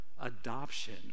adoption